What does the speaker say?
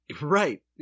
Right